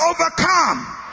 overcome